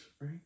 right